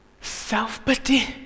Self-pity